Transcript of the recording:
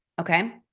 Okay